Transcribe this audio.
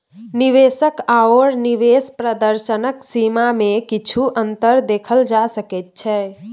निवेश आओर निवेश प्रदर्शनक सीमामे किछु अन्तर देखल जा सकैत छै